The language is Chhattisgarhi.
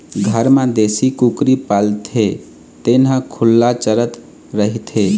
घर म देशी कुकरी पालथे तेन ह खुल्ला चरत रहिथे